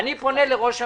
אני פונה לראש הממשלה,